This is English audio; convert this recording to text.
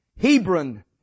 Hebron